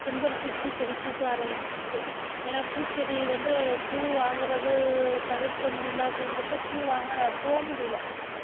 செம்பருத்தி பூ செடி பூக்க ஆரமிச்சிருச்சு ஏன்னால் பூ செடி வந்து பூ வாங்கிறது தவிர்க்க முடியலை அப்படிங்குறப்ப பூ வாங்க நான் போக முடியலை